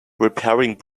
repairing